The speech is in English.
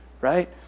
right